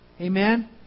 Amen